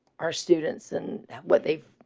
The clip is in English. our students and what they've.